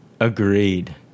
agreed